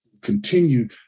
continue